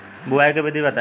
बुआई के विधि बताई?